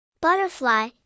butterfly